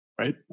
Right